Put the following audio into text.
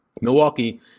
Milwaukee